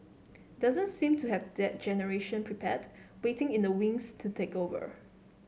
doesn't seem to have that generation prepared waiting in the wings to take over